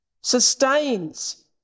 sustains